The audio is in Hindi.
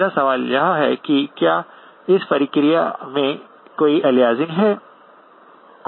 मेरा सवाल यह है कि क्या इस प्रक्रिया में कोई अलियासिंग है